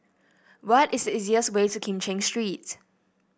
what is the easiest way to Kim Cheng Street